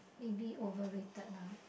maybe over rated lah